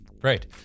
Great